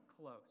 close